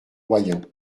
royan